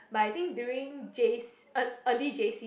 but I think during J_C early j_c